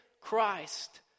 Christ